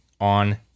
on